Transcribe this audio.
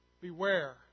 Beware